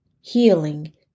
healing